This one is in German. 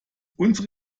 unsere